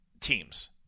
teams